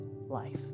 life